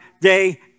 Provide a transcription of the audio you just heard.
day